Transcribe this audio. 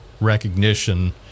recognition